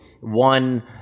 one